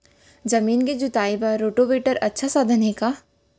जमीन के जुताई बर रोटोवेटर अच्छा साधन हे का?